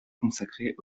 consacrer